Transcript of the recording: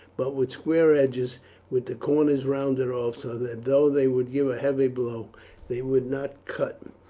but with square edges with the corners rounded off, so that though they would give a heavy blow they would not cut.